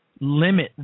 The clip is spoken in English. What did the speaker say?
limit